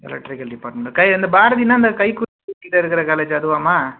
electrical டிப்பார்ட்மெண்ட்டா கை இந்த பாரதின்னா அந்த கை இருக்குற காலேஜ் அதுவாம்மா